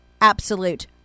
absolute